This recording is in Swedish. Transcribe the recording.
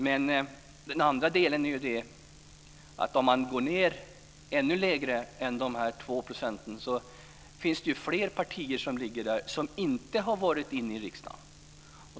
Men den andra delen i detta är ju att går man ned ännu lägre än de 2 procenten finns det flera partier som ligger där och som inte har varit inne i riksdagen.